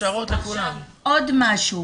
אני חושבת